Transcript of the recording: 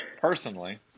personally